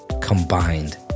combined